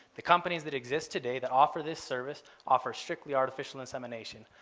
the companies that exist today that offer this service offers strictly artificial insemination.